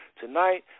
Tonight